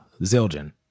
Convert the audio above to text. Zildjian